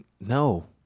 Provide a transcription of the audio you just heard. No